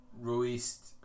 released